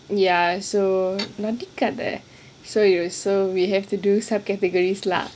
ya so நடிக்காத:nadikkaathe so ya so we have to do sub categories lah